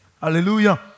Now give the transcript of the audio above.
Hallelujah